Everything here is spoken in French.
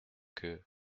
que